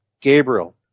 Gabriel